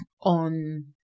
on